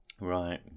Right